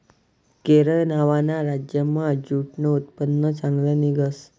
केरय नावना राज्यमा ज्यूटनं उत्पन्न चांगलं निंघस